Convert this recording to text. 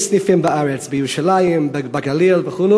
יש סניפים בארץ, בירושלים, בגליל וכו'.